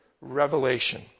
revelation